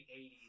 80s